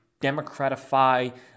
democratify